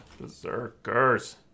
berserkers